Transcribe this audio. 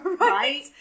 right